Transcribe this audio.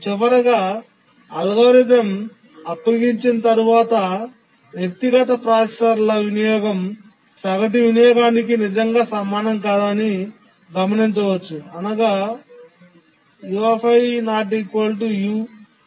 చివరగా అల్గోరిథం అప్పగించిన తర్వాత వ్యక్తిగత ప్రాసెసర్ల వినియోగం సగటు వినియోగానికి నిజంగా సమానం కాదని గమనించవచ్చు అనగా u i≠u